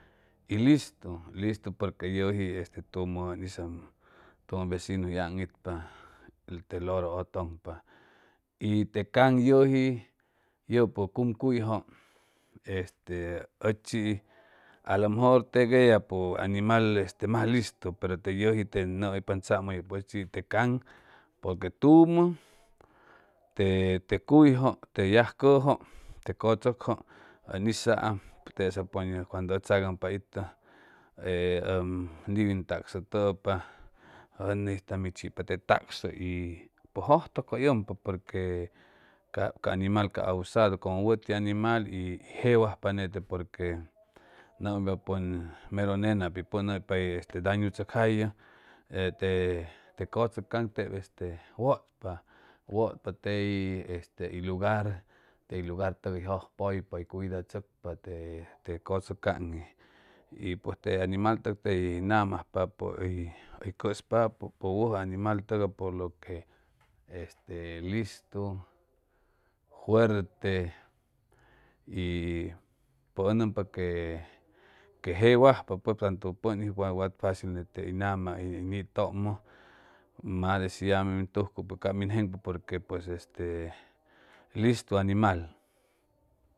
Y listu listu porque yeji este tumo en ista tumo vesiju ey an’jipa te loro t tunpa y le kan yeji yopo cumayjo este ochi, alomejor tec ellapo animal mas listu pero te yeji te yomoypa tsamo ochi te con porque tumo te loyjo te de valsici te cotsuciti en lisam tesa puji yeji cuando te tsagyinpo itto ob njwin tacsi tepa jtonjsta min jtojat te tacsti y pues jtojo coytypqa porque cabo ca animal ca abosaldo como wuti animal y jewajpa ngele porque yomoypa puji mero ngna poj y danu tsocjangu este te cotsuc kanj te este wutpa wutpa fey este lugar ley lugar togay ty jtojoypa cuida tsocpa po cotsuc kanj is n pues te animal tej ngama ojopapo y ojopapo pus wutji animal porque este listu fuerte y pöt o yomopa que jewajpa tanto poj wa facil ntele gamo y nj tumo mas de shi yomoj min jojcuj min jejpa porque pues este listu animal